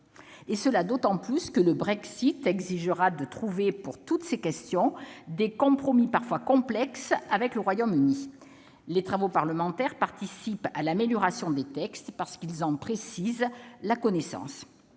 texte, d'autant que le Brexit exigera, pour toutes ces questions, des compromis parfois complexes avec le Royaume-Uni. Les travaux parlementaires participent à l'amélioration des textes parce qu'ils en précisent la connaissance.